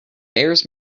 bears